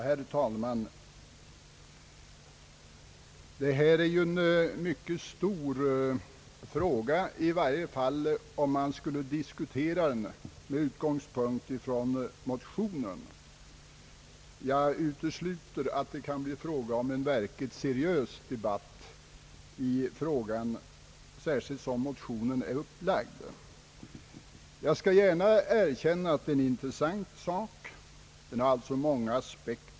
Herr talman! Detta är ju en mycket stor fråga, i varje fall om man skall diskutera den med utgångspunkt från motionen. Jag utesluter att det kan bli fråga om en verkligt seriös debatt i frågan, som motionen nu är skriven. Jag skall gärna erkänna att det är en intressant fråga. Den har också många aspekter.